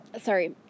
Sorry